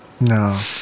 No